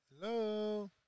Hello